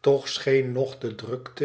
toch scheen nog de drukt